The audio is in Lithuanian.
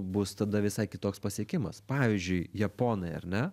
bus tada visai kitoks pasiekimas pavyzdžiui japonai ar ne